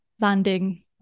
landing